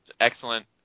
excellent